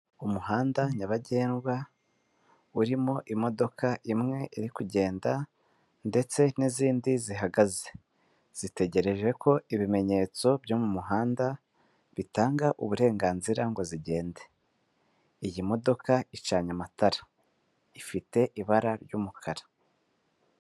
Umuhanda nyabagendwa urimo imodoka imwe iri kugenda ndetse n'izindi zihagaze, zitegereje ko ibimenyetso byo mu muhanda bitanga uburenganzira ngo zigende, iyi modoka icanye amatara ifite ibara ry'umukara.